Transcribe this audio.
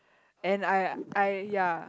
and I I ya